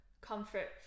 comfort